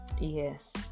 yes